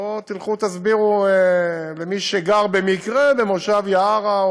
בוא תלכו ותסבירו למי שגר במקרה במושב יערה,